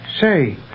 Say